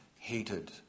Hated